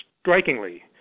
strikingly